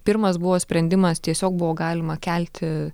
pirmas buvo sprendimas tiesiog buvo galima kelti